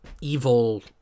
evil